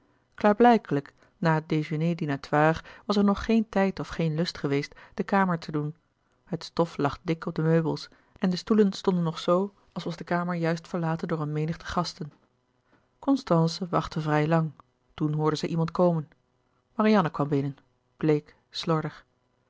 klaarblijkelijk na het dejeuner dinatoire was er nog geen tijd of geen lust geweest de kamer te doen het stof lag dik op de meubels en de stoelen stonden nog zoo als was de kamer juist verlaten door een menigte gasten constance wachtte vrij lang toen hoorde zij iemand komen marianne kwam binnen bleek slordig